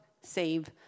save